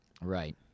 Right